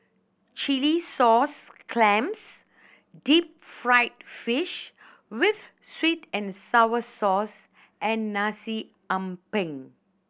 chilli sauce clams deep fried fish with sweet and sour sauce and Nasi Ambeng